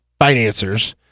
financers